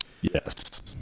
Yes